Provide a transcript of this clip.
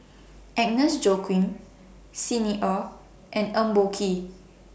Agnes Joaquim Xi Ni Er and Eng Boh Kee